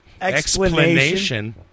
Explanation